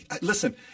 listen